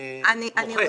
אני מוחה.